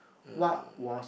what was